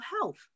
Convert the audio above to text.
health